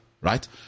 right